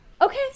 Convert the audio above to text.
Okay